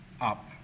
up